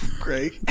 Great